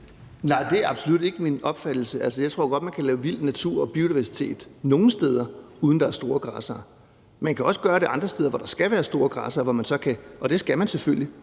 Nej, det er absolut ikke min opfattelse. Jeg tror godt, man kan lave vild natur og biodiversitet nogle steder, uden at der er store græssere. Man kan også gøre det andre steder, hvor der skal være store græssere, og hvor man kan holde